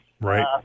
Right